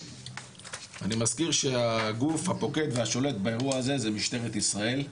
אני מזכיר שהגוף הפוקד והשולט באירוע הזה זה משטרת ישראל,